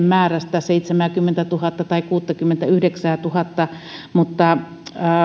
määrä olisi seitsemänkymmentätuhatta tai kuusikymmentäyhdeksäntuhatta mutta